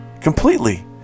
completely